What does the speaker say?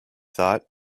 thought